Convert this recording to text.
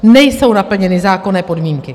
Nejsou naplněny zákonné podmínky.